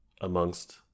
amongst